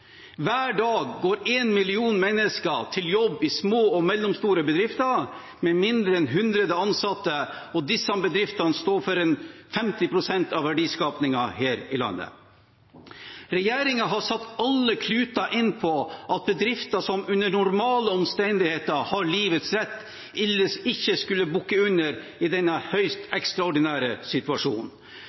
Hver dag går én million mennesker på jobb i små og mellomstore bedrifter med mindre enn 100 ansatte, og disse bedriftene står for cirka 50 pst. av verdiskapingen her i landet. Regjeringen satte alle kluter til for at bedrifter som under normale omstendigheter har livets rett, ikke skulle bukke under i denne høyst ekstraordinære situasjonen.